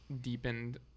deepened